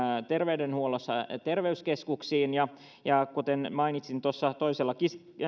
terveydenhuollossa terveyskeskuksiin ja ja kuten mainitsin tuossa toisella